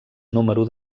número